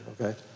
okay